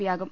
പിയാകും